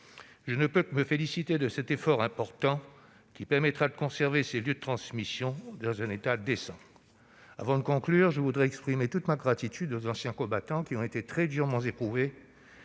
Je ne peux que me féliciter de cet effort important qui permettra de conserver ces lieux de transmission dans un état décent. Avant de conclure, je voudrais exprimer toute ma gratitude aux anciens combattants qui ont été très durement éprouvés